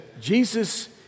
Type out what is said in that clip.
Jesus